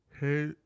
hey